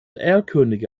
erlkönige